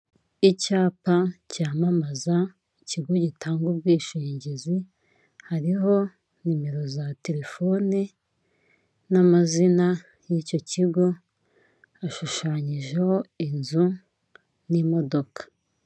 Icyapa cyamamaza ikigo gitanga ubwishingizi hariho nimero za telefoni n'amazina y'icyo kigo hashushanyijeho inzu n'imodoka.